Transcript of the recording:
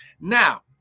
Now